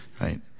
right